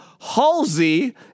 Halsey